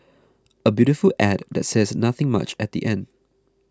a beautiful ad that says nothing much at the end